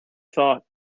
thought